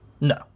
No